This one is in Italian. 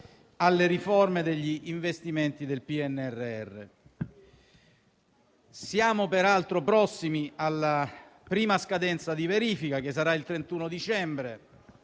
alle riforme e agli investimenti del PNRR. Siamo peraltro prossimi alla prima scadenza di verifica, che sarà il 31 dicembre,